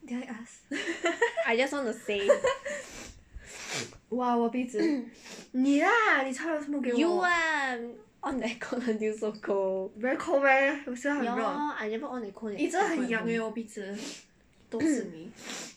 I just want to say you ah on the aircon until so cold ya never on aircon at home [one]